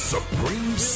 Supreme